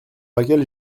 laquelle